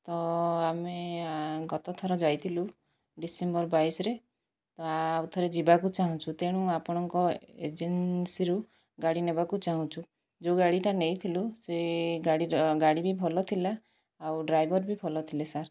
ତ ଆମେ ଗତଥର ଯାଇଥିଲୁ ଡ଼ିସେମ୍ବର ବାଇଶରେ ତ ଆଉ ଥରେ ଯିବାକୁ ଚାହୁଁଛୁ ତେଣୁ ଆପଣଙ୍କ ଏଜେନ୍ସିରୁ ଗାଡ଼ି ନେବାକୁ ଚାହୁଁଛୁ ଯେଉଁ ଗାଡ଼ିଟା ନେଇଥିଲୁ ସେ ଗାଡ଼ିବି ଭଲ ଥିଲା ଆଉ ଡ୍ରାଇଭର ବି ଭଲ ଥିଲେ ସାର୍